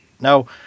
Now